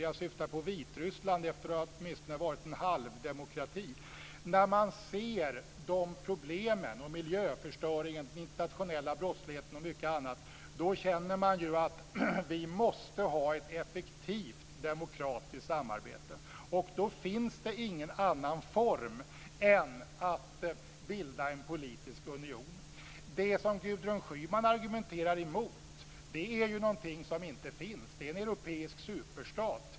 Jag syftar på Vitryssland som förut åtminstone var en halvdemokrati. När man ser de problemen och miljöförstöringen, den internationella brottsligheten och mycket annat känner man att vi måste ha ett effektivt demokratiskt samarbete. Då finns det ingen annan form än att bilda en politisk union. Det som Gudrun Schyman argumenterar emot är någonting som inte finns. Det är en europeisk superstat.